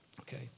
okay